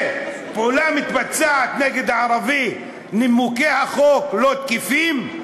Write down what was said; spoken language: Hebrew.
כשפעולה מתבצעת נגד הערבי, נימוקי החוק לא תקפים?